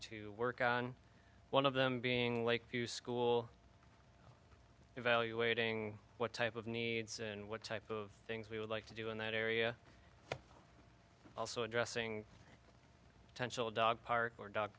to work on one of them being lakeview school evaluating what type of needs and what type of things we would like to do in that area also addressing attentional dog park or dog